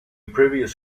previous